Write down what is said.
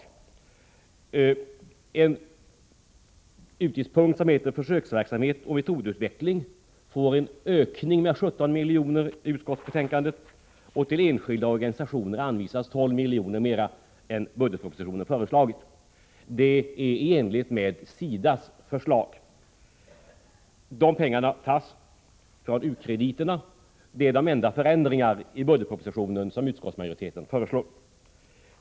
En utgiftspunkt som heter Försöksverksamhet och metodutveckling får en ökning med 17 miljoner enligt utskottsbetänkandet, och till enskilda organisationer anvisas 12 miljoner mera än budgetpropositionen föreslagit. Det är i enlighet med SIDA:s förslag. De pengarna tas från u-krediterna. Detta är de enda förändringar i budgetpropositionen som utskottsmajoriteten föreslår.